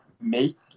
Make